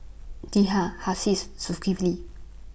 Dhia Hasif Zulkifli